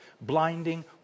blinding